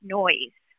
noise